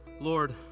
Lord